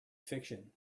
fiction